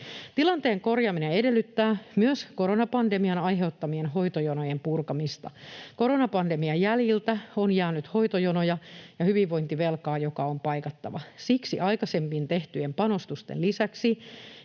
Tilanteen korjaaminen edellyttää myös koronapandemian aiheuttamien hoitojonojen purkamista. Koronapandemian jäljiltä on jäänyt hoitojonoja ja hyvinvointivelkaa, joka on paikattava. Siksi aikaisemmin tehtyjen panostusten lisäksi